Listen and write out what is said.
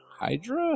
Hydra